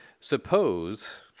suppose